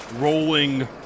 rolling